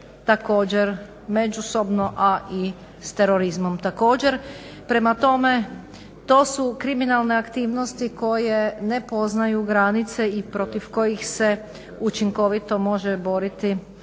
također međusobno, a i s terorizmom također. Prema tome to su kriminalne aktivnosti koje ne poznaju granice i protiv kojih se učinkovito može boriti